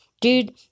Dude